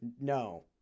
no